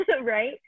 right